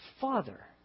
Father